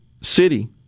city